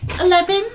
Eleven